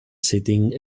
sitting